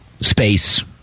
space